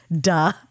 Duh